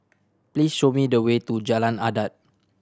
please show me the way to Jalan Adat